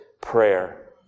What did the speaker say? prayer